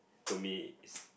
to me is